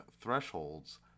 thresholds